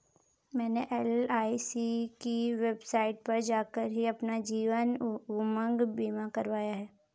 मैंने एल.आई.सी की वेबसाइट पर जाकर ही अपना जीवन उमंग बीमा करवाया है